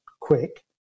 quick